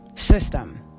system